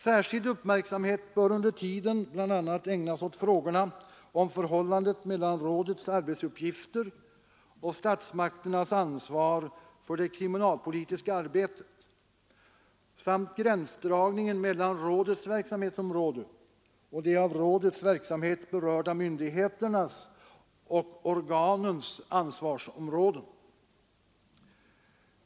Särskild uppmärksamhet bör under tiden bl.a. ägnas åt frågorna om förhållandet mellan rådets arbetsuppgifter och statsmakternas ansvar för det kriminalpolitiska arbetet samt gränsdragningen mellan rådets verksamhetsområde och de av rådets verksamhet berörda myndigheternas och organens ansvarsområden.